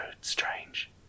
strange